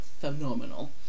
phenomenal